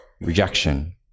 rejection